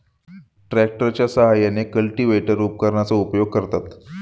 ट्रॅक्टरच्या साहाय्याने कल्टिव्हेटर उपकरणाचा उपयोग करतात